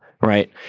right